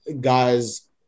guys